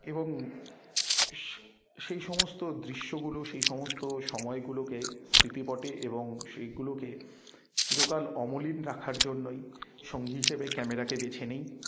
এবং সে সেই সমস্ত দৃশ্যগুলো সেই সমস্ত সময়গুলোকে স্মৃতিপটে এবং সেইগুলোকে চিরকাল অমলিন রাখার জন্যই সঙ্গী হিসেবে ক্যামেরাকে বেছে নিই